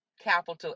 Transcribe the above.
capital